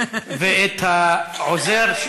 ואת העוזר,